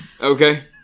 Okay